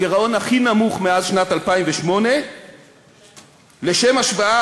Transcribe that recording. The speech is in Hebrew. הגירעון הכי נמוך מאז שנת 2008. לשם השוואה,